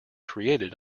created